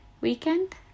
weekend